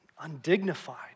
undignified